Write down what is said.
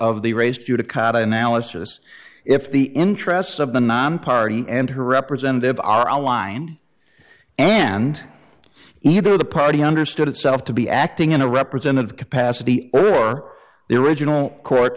analysis if the interests of the non party and her representative are online and either the party understood itself to be acting in a representative capacity or the original court